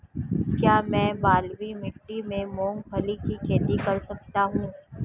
क्या मैं बलुई मिट्टी में मूंगफली की खेती कर सकता हूँ?